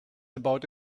about